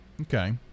okay